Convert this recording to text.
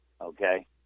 okay